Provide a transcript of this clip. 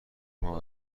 ماه